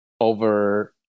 over